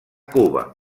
cuba